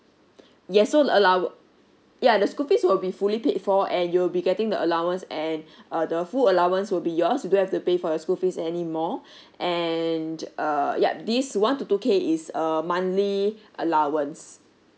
yes so allow~ yeah the school fees will be fully paid for and you'll be getting the allowance and uh the full allowance will be yours you don't have to pay for your school fees anymore and uh yup this one to two K is a monthly allowance